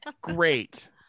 great